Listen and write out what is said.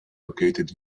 located